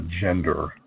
gender